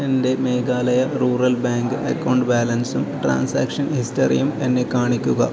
എൻ്റെ Meghalaya rural bank account ബാലൻസും transaction ഹിസ്റ്ററിയും എന്നെ കാണിക്കുക